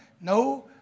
No